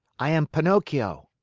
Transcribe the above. i am pinocchio.